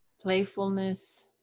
playfulness